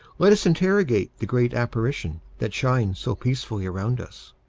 let us interrogate the great apparition, that shines so peacefully around us.